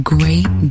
Great